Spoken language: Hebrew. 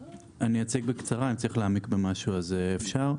(1) בסעיף 31, במקום פסקה (4) יבוא: (4)